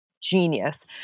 genius